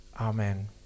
Amen